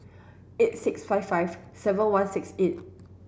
eight six five five seven one six eight